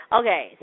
Okay